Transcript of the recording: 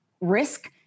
risk